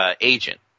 agent